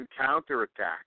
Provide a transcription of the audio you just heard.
counterattack